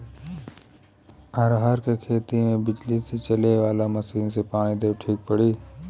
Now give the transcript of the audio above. रहर के खेती मे बिजली से चले वाला मसीन से पानी देवे मे ठीक पड़ी?